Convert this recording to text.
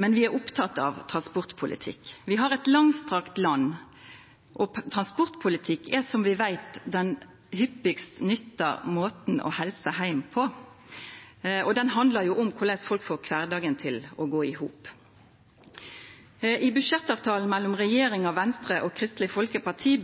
men vi er opptekne av transportpolitikk. Vi har eit langstrakt land, og transportpolitikk er – som vi veit – den hyppigast nytta måten å helsa heim på. Den handlar om korleis folk får kvardagen til å gå i hop. Gjennom budsjettavtalen mellom regjeringa, Venstre og Kristeleg Folkeparti